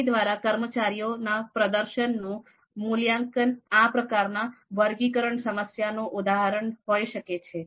પેઢી દ્વારા કર્મચારીઓ ના પ્રદર્શન નું મૂલ્યાંકન આ પ્રકારના વર્ગીકરણ સમસ્યાનું ઉદાહરણ હોય શકે છે